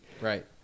Right